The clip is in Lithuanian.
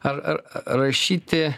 ar ar rašyti